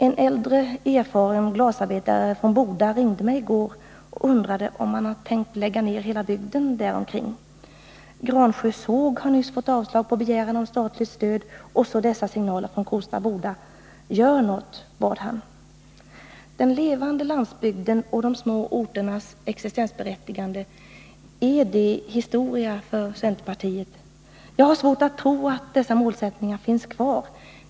En äldre erfaren glasarbetare från Boda ringde mig i går och undrade om man tänkt lägga ner hela bygden däromkring. Gransjö såg har nyss fått avslag på begäran om statligt stöd, och så kommer dessa signaler från Kosta Boda. Gör något! bad han. Den levande landsbygden och de små orternas existensberättigande, är det historia för centerpartiet? Jag har svårt att tro att dessa målsättningar finns kvar.